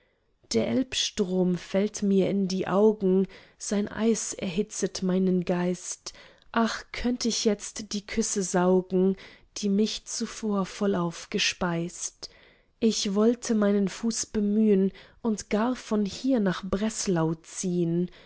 der elbstrom fällt mir in die augen sein eis erhitzet meinen geist ach könnt ich jetzt die küsse saugen die mich zuvor vollauf gespeist ich wollte meinen fuß bemühn und gar von hier nach breslau ziehn